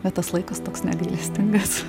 bet tas laikas toks negailestingas